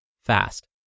fast